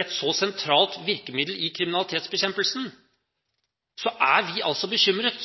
et så sentralt virkemiddel i kriminalitetsbekjempelsen, er vi bekymret